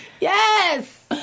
yes